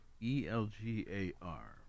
E-L-G-A-R